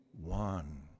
one